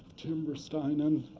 tim verstynen,